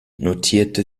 notierte